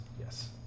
yes